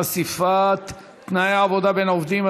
חשיפת תנאי העבודה בין עובדים),